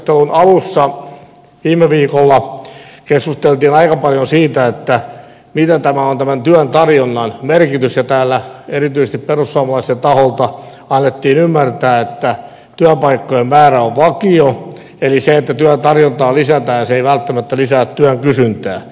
tämän budjettikeskustelun alussa viime viikolla keskusteltiin aika paljon siitä mikä on työn tarjonnan merkitys ja täällä erityisesti perussuomalaisten taholta annettiin ymmärtää että työpaikkojen määrä on vakio eli se että työn tarjontaa lisätään ei välttämättä lisää työn kysyntää